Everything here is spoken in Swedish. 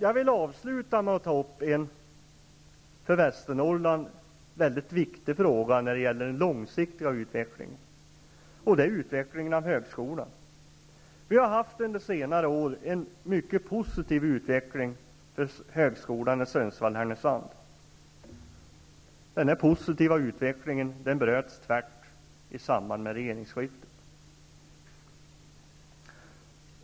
Jag vill avsluta med att ta upp en för Västernorrland mycket viktig fråga när det gäller den långsiktiga utvecklingen, och det är frågan om utvecklingen av högskolan. Vi har under senare år haft en mycket positiv utveckling för högskolan i Sundsvall/Härnösand. Denna positiva utveckling bröts tvärt i samband med regeringsskiftet.